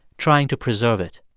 trying to preserve it.